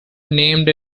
named